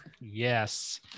Yes